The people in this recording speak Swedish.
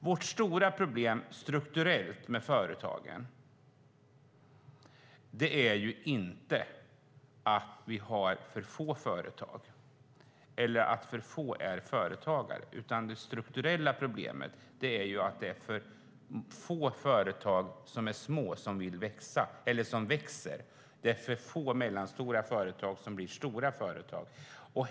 Vårt stora problem strukturellt med företagen är inte att vi har för få företag eller att för få är företagare, utan det strukturella problemet är att det är för få små företag som växer. Det är för få mellanstora företag som blir stora företag.